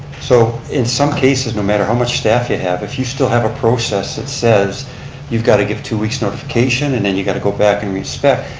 so in some cases, no matter how much staff you have if you still have a process that says you've got to give two weeks notification and then you got to back and reinspect,